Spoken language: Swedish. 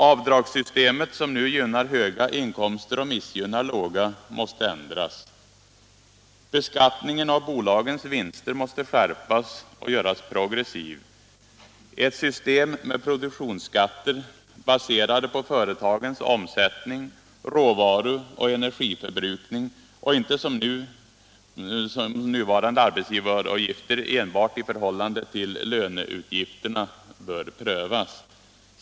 Avdragssystemet, som nu gynnar höga inkomster och missgynnar låga, måste ändras. Beskattningen av bolagens vinster måste skärpas och göras progressiv. Ett system med produktionsskatter baserade på företagens omsättning samt råvaruoch energiförbrukning, och inte som nuvarande arbetsgivaravgifter uttagna enbart i förhållande till löneutgifterna, bör prövas.